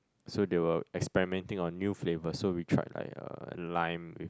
so they were experimenting on new flavours so we tried like uh lime with